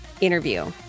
interview